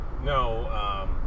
No